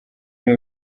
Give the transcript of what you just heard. niwe